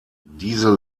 diese